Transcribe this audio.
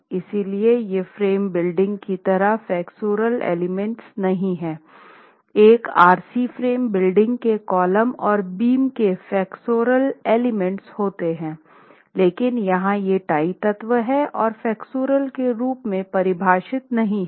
इसलिए ये frame building की तरह फ्लेक्सोरल एलिमेंट्स नहीं हैं एक आरसी फ्रेम बिल्डिंग में कॉलम और बीम के फ्लेक्सोरल एलिमेंट्स होते हैं लेकिन यहाँ ये टाई तत्व हैं और फ्लेक्सुरल के रूप में परिभाषित नहीं हैं